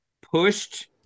pushed